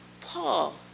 Paul